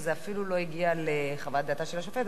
וזה אפילו לא הגיע לחוות דעתה של השופטת,